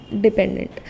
dependent